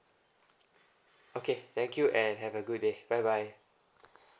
okay thank you and have a good day bye bye